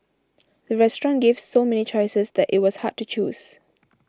the restaurant gave so many choices that it was hard to choose